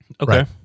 Okay